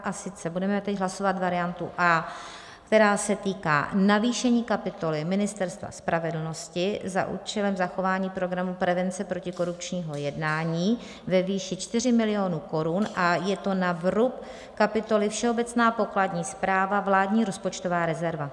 A sice budeme teď hlasovat variantu A, která se týká navýšení kapitoly Ministerstva spravedlnosti za účelem zachování programu prevence protikorupčního jednání ve výši 4 miliony korun a je to na vrub kapitoly Všeobecná pokladní správa, vládní rozpočtová rezerva.